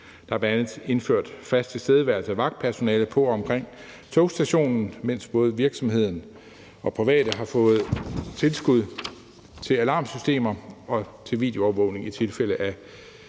Der er bl.a. indført fast tilstedeværelse af vagtpersonale på og omkring togstationen, mens både virksomheder og private har fået tilskud til alarmsystemer og til videoovervågning i tilfælde af